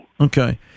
Okay